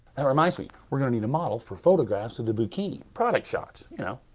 that reminds me. we're going to need a model for photographs of the boo-kini. product shots, you know.